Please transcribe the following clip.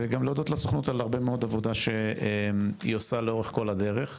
וגם להודות לסוכנות על הרבה מאוד עבודה שהיא עושה לאורך כל הדרך.